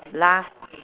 last